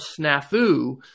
snafu